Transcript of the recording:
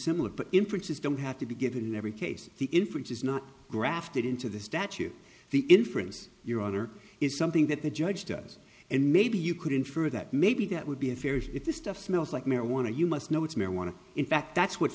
similar but in princes don't have to be given in every case the inference is not grafted into the statute the inference your honor is something that the judge does and maybe you could infer that maybe that would be unfair if the stuff smells like marijuana you must know it's marijuana in fact that's what